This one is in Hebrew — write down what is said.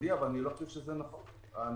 אני לא חושב שנכון לעשות את זה באפן חד צדדי.